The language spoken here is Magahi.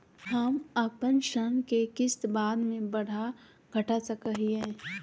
हम अपन ऋण के किस्त बाद में बढ़ा घटा सकई हियइ?